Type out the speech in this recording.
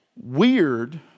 weird